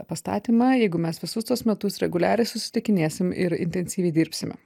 pastatymą jeigu mes visus tuos metus reguliariai susitikinėsim ir intensyviai dirbsime